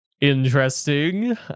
Interesting